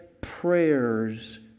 prayers